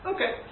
Okay